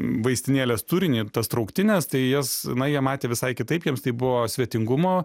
vaistinėlės turinį tas trauktines tai jas na jie matė visai kitaip jiems tai buvo svetingumo